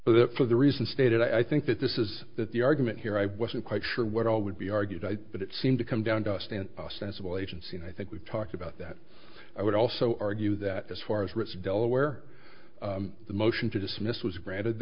that for the reason stated i think that this is that the argument here i wasn't quite sure what all would be argued but it seemed to come down just an ostensible agency and i think we've talked about that i would also argue that as far as rights delaware the motion to dismiss was granted